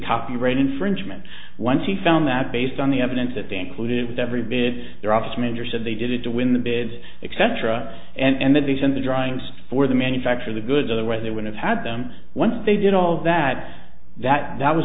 copyright infringement once he found that based on the evidence that they included with every bit their office manager said they did it to win the bid except for a and that these and the drawings for the manufacture of the goods or the way they would have had them once they did all that that that was